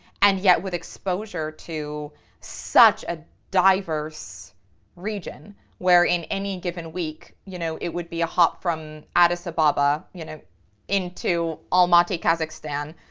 and yet with exposure to such a diverse region where in any given week, you know, it would be a hop from addis ababa you know into almaty, kazakhstan,